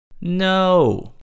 No